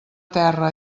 terra